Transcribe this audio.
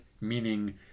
meaning